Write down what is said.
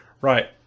Right